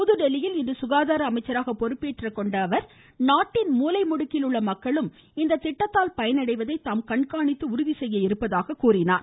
புதுதில்லியில் இன்று சுகாதார அமைச்சராக பொறுப்பேற்றுக்கொண்ட அவர் நாட்டின் மூலை முடுக்கில் உள்ள மக்களும் இந்த திட்டத்தால் பயனடைவதை தாம் கண்காணித்து உறுதி செய்ய இருப்பதாக குறிப்பிட்டார்